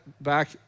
back